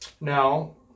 Now